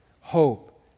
hope